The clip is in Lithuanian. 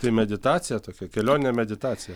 tai meditacija tokia kelionė meditacija